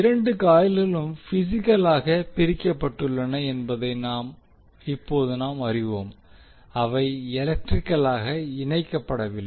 இரண்டு காயில்களும் பிசிக்கலாக பிரிக்கப்பட்டுள்ளன என்பதை இப்போது நாம் அறிவோம் அவை எலெக்ட்ரிகலாக இணைக்கப்படவில்லை